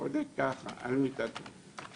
החולה ככה על מיטת הניתוחים.